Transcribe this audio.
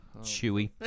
Chewy